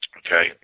okay